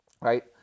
right